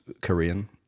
Korean